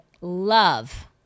love